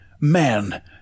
man